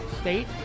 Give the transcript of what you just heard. state